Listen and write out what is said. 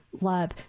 love